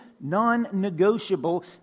non-negotiable